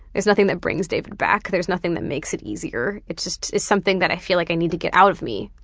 there's nothing that brings david back, there's nothing that makes it easier, it just is something that i feel like i need to get out of me.